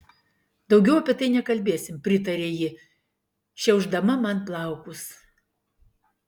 daugiau apie tai nekalbėsim pritarė ji šiaušdama man plaukus